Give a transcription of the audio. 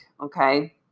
okay